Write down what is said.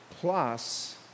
Plus